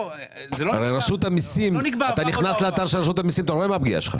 אתה נכנס לאתר רשות המסים ואתה רואה מה הפגיעה שלך.